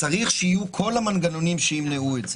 צריך שיהיו כל המנגנונים שימנעו את זה.